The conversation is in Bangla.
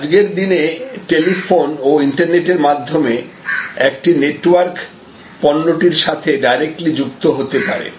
আজকের দিনে টেলিফোন ও ইন্টারনেটের মাধ্যমে একটি নেটওয়ার্ক পণ্যটির সাথে ডাইরেক্টলি যুক্ত হতে পারে